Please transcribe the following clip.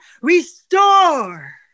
restore